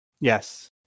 Yes